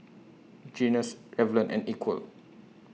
Guinness Revlon and Equal